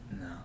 No